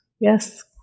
Yes